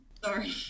Sorry